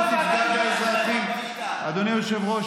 אדוני היושב-ראש,